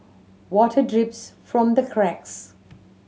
water drips from the cracks